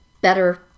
better